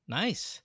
nice